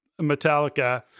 Metallica